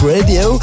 Radio